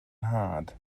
nhad